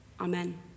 Amen